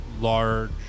Large